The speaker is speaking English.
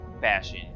fashion